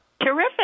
Terrific